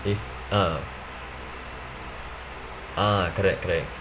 if ah ah correct correct